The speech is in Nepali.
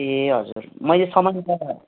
ए हजुर मैले सामान त